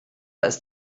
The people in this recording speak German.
ist